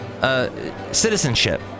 citizenship